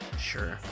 sure